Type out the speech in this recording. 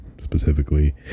specifically